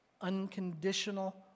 Unconditional